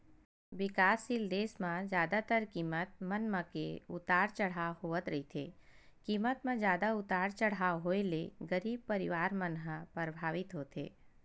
बिकाससील देस म जादातर कीमत मन म के उतार चड़हाव होवत रहिथे कीमत म जादा उतार चड़हाव होय ले गरीब परवार मन ह परभावित होथे